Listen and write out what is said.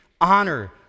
honor